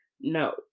No